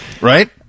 Right